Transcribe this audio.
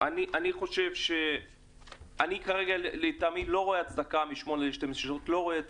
אני לא רואה הצדקה מ-8 ל-12 שעות.